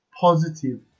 positive